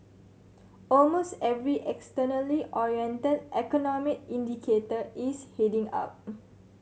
almost every externally oriented economic indicator is heading up